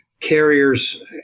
carriers